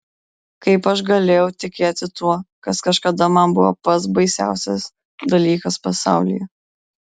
kaip aš galėjau tikėti tuo kas kažkada man buvo pats baisiausias dalykas pasaulyje